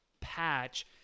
patch